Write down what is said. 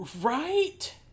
Right